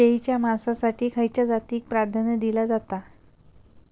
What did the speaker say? शेळीच्या मांसाएसाठी खयच्या जातीएक प्राधान्य दिला जाता?